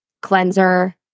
cleanser